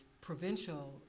provincial